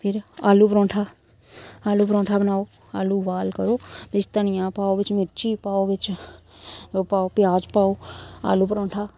फिर आलू परौंठा आलू परौंठा बनाओ आलू उबाल करो बिच्च धनिया पाओ बिच्च मिर्ची पाओ बिच्च ओह् पाओ प्याज पाओ आलू परौंठा